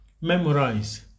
Memorize